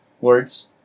words